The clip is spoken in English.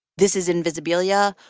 this is invisibilia.